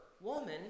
Woman